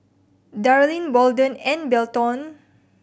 Darline Bolden and Belton